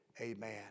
amen